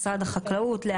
משרד החקלאות,